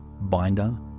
binder